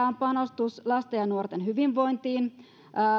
on panostus lasten ja nuorten hyvinvointiin